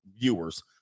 viewers